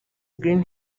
green